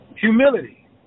Humility